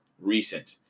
recent